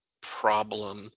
problem